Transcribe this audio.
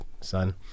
son